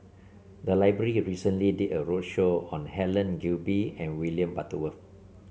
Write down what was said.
the library recently did a roadshow on Helen Gilbey and William Butterworth